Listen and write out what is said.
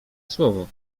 słowo